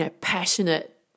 passionate